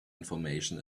information